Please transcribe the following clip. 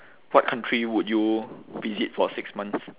what country would you visit for six months